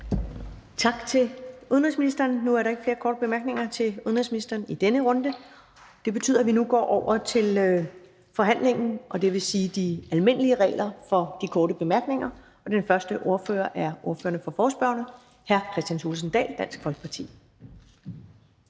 Tak til udenrigsministeren. Nu er der ikke flere korte bemærkninger til udenrigsministeren i denne runde. Det betyder, at vi nu går over til forhandlingen, og det vil sige de almindelige regler for korte bemærkninger. Den første er ordføreren for forespørgerne, hr. Kristian Thulesen Dahl, Dansk Folkeparti.